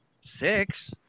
six